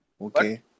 Okay